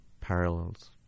parallels